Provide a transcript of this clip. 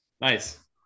Nice